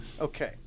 Okay